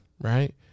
right